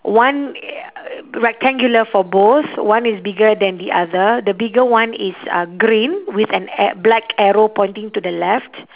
one rectangular for both one is bigger than the other the bigger one is uh green with an a~ black arrow pointing to the left